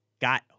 got